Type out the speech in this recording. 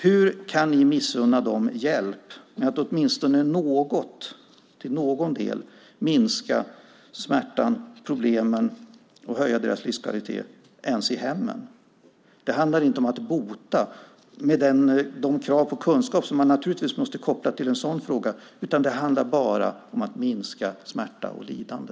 Hur kan ni missunna dem hjälp med att till någon del minska smärtan och problemen och höja deras livskvalitet åtminstone i hemmen? Det handlar inte om att bota med de krav på kunskap som man naturligtvis måste koppla till en sådan fråga, utan bara om att minska smärta och lidande.